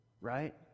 Right